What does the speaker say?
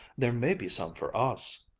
there may be some for us.